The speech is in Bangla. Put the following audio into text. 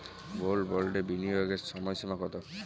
গোল্ড বন্ডে বিনিয়োগের সময়সীমা কতো?